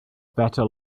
better